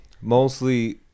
mostly